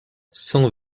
cent